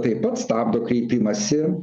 taip pat stabdo kreipimąsi